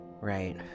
Right